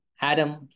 Adam